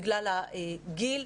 בגלל הגיל.